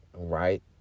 Right